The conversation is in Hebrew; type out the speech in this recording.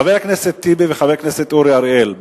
חבר הכנסת טיבי וחבר הכנסת אורי אריאל,